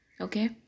okay